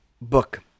book